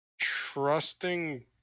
trusting